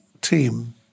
team